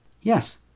Yes